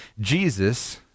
Jesus